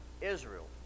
Israel